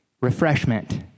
refreshment